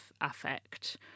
affect